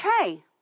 okay